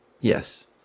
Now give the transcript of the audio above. yes